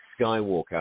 Skywalker